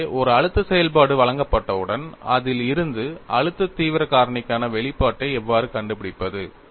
எனவே ஒரு அழுத்த செயல்பாடு வழங்கப்பட்டவுடன் அதில் இருந்து அழுத்த தீவிர காரணிக்கான வெளிப்பாட்டை எவ்வாறு கண்டுபிடிப்பது